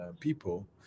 people